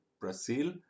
Brazil